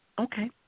okay